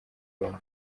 ubumwe